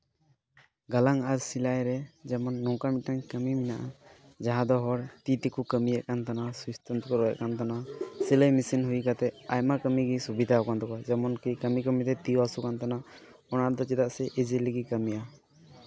ᱜᱟᱞᱟᱝ ᱟᱨ ᱥᱤᱞᱟᱭ ᱨᱮ ᱡᱮᱢᱚᱱ ᱱᱚᱝᱠᱟ ᱢᱤᱫᱴᱮᱱ ᱠᱟᱹᱢᱤ ᱢᱮᱱᱟᱜᱼᱟ ᱡᱟᱦᱟᱸ ᱫᱚ ᱦᱚᱲ ᱛᱤ ᱛᱮᱠᱚ ᱠᱟᱹᱢᱤᱭᱮᱫ ᱠᱟᱱ ᱛᱟᱦᱮᱱᱟ ᱥᱩᱭ ᱥᱩᱛᱟᱹᱢ ᱛᱮᱠᱚ ᱨᱚᱜᱼᱮᱫ ᱠᱟᱱ ᱛᱟᱦᱮᱱᱟ ᱥᱤᱞᱟᱭ ᱢᱮᱥᱤᱱ ᱦᱩᱭ ᱠᱟᱛᱮᱫ ᱟᱨ ᱟᱭᱢᱟ ᱠᱟᱹᱢᱤ ᱜᱮ ᱥᱩᱵᱤᱫᱷᱟᱣ ᱠᱟᱱ ᱛᱟᱠᱚᱣᱟ ᱡᱮᱢᱚᱱ ᱠᱤ ᱠᱟᱹᱢᱤ ᱠᱟᱹᱢᱤ ᱛᱮ ᱛᱤ ᱦᱚᱸ ᱦᱟᱹᱥᱩ ᱠᱟᱱ ᱛᱟᱦᱮᱱᱟ ᱚᱱᱟᱛᱮ ᱪᱮᱫᱟᱜ ᱥᱮ ᱤᱡᱤᱞᱤ ᱜᱮ ᱠᱟᱹᱢᱤᱭᱟ